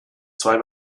zwei